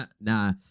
nah